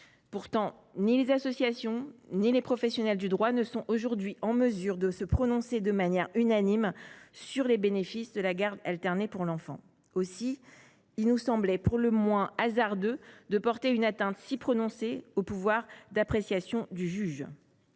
Pourtant, ni les associations ni les professionnels du droit ne sont aujourd’hui en mesure de se prononcer, de manière unanime, sur les bénéfices de la garde alternée pour l’enfant. Aussi nous semblait il pour le moins hasardeux de porter une atteinte si prononcée au pouvoir d’appréciation du juge.